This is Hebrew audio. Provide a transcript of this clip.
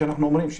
שאנחנו אומרים,